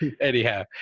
anyhow